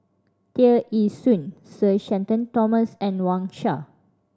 Tear Ee Soon Sir Shenton Thomas and Wang Sha